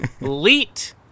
Elite